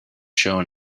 show